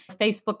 Facebook